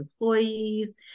employees